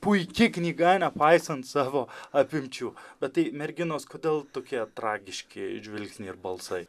puiki knyga nepaisant savo apimčių bet tai merginos kodėl tokie tragiški žvilgsniai ir balsai